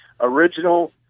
original